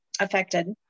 affected